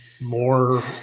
more